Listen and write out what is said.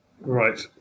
right